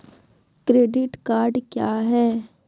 Credit card क्या हैं?